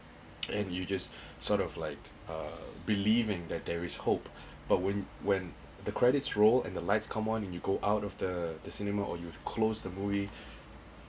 and you just sort of like uh believing that there is hope but when when the credits roll and the lights come on when you go out of the the cinema or you closed the movie